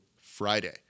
Friday